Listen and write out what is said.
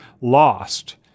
lost